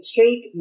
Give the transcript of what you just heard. take